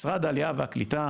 משרד העלייה והקליטה